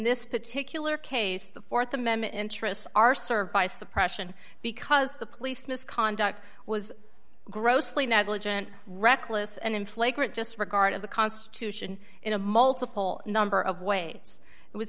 this particular case the th amendment interests are served by suppression because the police misconduct was grossly negligent reckless and in flagrant disregard of the constitution in a multiple number of way it was